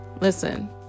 listen